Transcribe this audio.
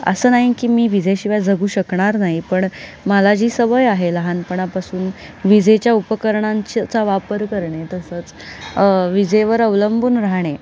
असं नाही की मी विजेशिवाय जगू शकणार नाही पण मला जी सवय आहे लहानपणापासून विजेच्या उपकरणांच्या चा वापर करणे तसंच विजेवर अवलंबून राहणे